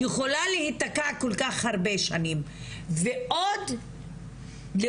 יכולה להיתקע כל כך הרבה שנים ועוד להוסיף,